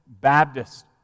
Baptist